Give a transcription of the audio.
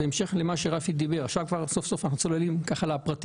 בהמשך למה שרפי אמר, עכשיו אנחנו נכנסים לפרטים.